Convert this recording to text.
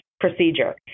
procedure